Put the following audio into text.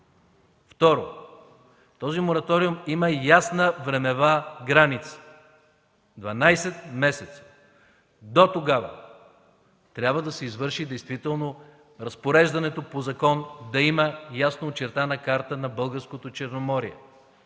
Второ, този мораториум има ясна времева граница – 12 месеца. До тогава трябва да се извърши разпореждането по закон – да има ясно очертана карта на българското Черноморие